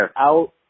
out